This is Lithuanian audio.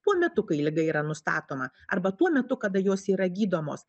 tuo metu kai liga yra nustatoma arba tuo metu kada jos yra gydomos